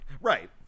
Right